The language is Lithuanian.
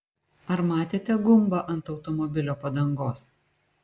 ar matėte gumbą ant automobilio padangos